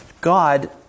God